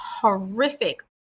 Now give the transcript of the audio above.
horrific